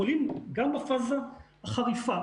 חולים גם בפאזה החריפה,